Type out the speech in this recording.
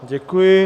Děkuji.